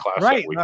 right